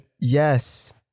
Yes